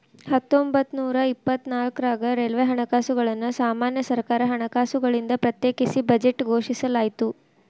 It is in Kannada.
ಹತ್ತೊಂಬತ್ತನೂರ ಇಪ್ಪತ್ನಾಕ್ರಾಗ ರೈಲ್ವೆ ಹಣಕಾಸುಗಳನ್ನ ಸಾಮಾನ್ಯ ಸರ್ಕಾರ ಹಣಕಾಸುಗಳಿಂದ ಪ್ರತ್ಯೇಕಿಸಿ ಬಜೆಟ್ ಘೋಷಿಸಲಾಯ್ತ